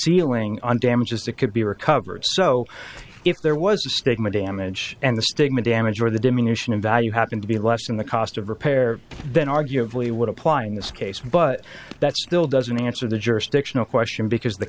ceiling on damages that could be recovered so if there was a stigma damage and the stigma damage or the diminution in value happened to be less than the cost of repair then arguably would apply in this case but that still doesn't answer the jurisdictional question because the